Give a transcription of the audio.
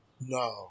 No